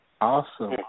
Awesome